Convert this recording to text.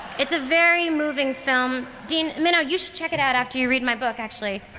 it's a very moving film. dean minow, you should check it out after you read my book actually.